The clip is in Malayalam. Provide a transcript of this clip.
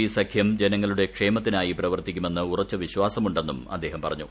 പി സഖ്യം ജനങ്ങളുടെ ക്ഷേമത്തിനായി പ്രവർത്തിക്കുക്മെന്ന് ഉറച്ച വിശ്വാസമുണ്ടെന്നും അദ്ദേഹം പറഞ്ഞു